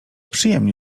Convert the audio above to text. przyjemnie